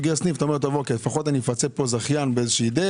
תאמר: כאשר אני סוגר סניף לפחות אפצה כאן זכיין באיזו דרך?